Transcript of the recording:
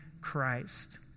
Christ